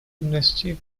внести